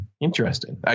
Interesting